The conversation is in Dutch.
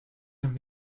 hem